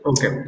Okay